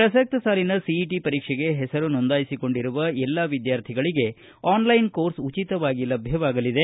ಪ್ರಸಕ್ತ ಸಾಲಿನ ಸಿಇಟಿ ಪರೀಕ್ಷೆಗೆ ಹೆಸರು ನೋಂದಾಯಿಸಿಕೊಂಡಿರುವ ಎಲ್ಲಾ ವಿದ್ವಾರ್ಥಿಗಳಿಗೆ ಆನ್ಲೈನ್ ಕೋರ್ಸ್ ಉಚಿತವಾಗಿ ಲಭ್ಯವಾಗಲಿದೆ